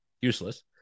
useless